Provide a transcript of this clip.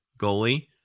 goalie